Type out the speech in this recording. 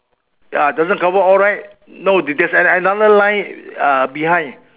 ah doesn't cover all right no there's another line uh behind